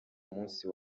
munsi